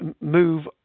move